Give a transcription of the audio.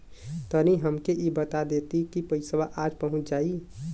तनि हमके इ बता देती की पइसवा आज पहुँच जाई?